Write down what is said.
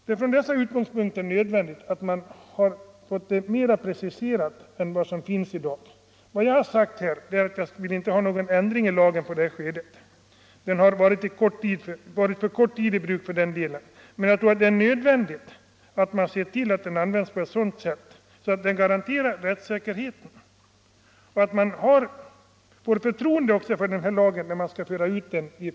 Det är därför nödvändigt att man får detta mer preciserat än det är i dag. Vad jag har sagt är att jag inte vill ha någon ändring i lagen i det här skedet; den har varit i bruk för kort tid. Men jag tror att det är nödvändigt att man ser till att den används på ett sådant sätt att den garanterar rättsäkerheten och man får förtroende bland folkmeningen för lagen, när den skall föras ut.